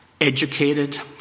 educated